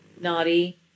Naughty